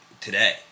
today